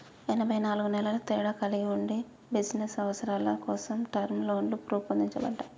ఎనబై నాలుగు నెలల తేడా కలిగి ఉండి బిజినస్ అవసరాల కోసం టర్మ్ లోన్లు రూపొందించబడ్డాయి